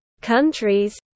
countries